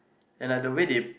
and like the way they